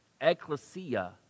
ecclesia